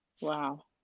wow